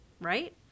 right